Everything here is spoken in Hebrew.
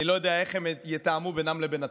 אני לא יודע איך הם יתאמו בינם לבין עצמם.